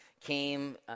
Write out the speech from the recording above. came